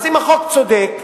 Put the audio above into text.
אז אם החוק צודק,